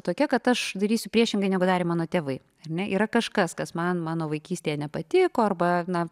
tokia kad aš darysiu priešingai negu darė mano tėvai ar ne yra kažkas kas man mano vaikystėje nepatiko arba na